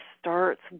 starts